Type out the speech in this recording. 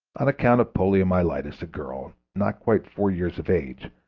on account of poliomyelitis a girl, not quite four years of age,